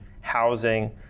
housing